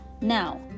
Now